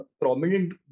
prominent